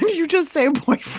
you just say